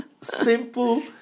Simple